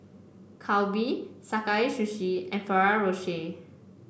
Calbee Sakae Sushi and Ferrero Rocher